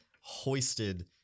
hoisted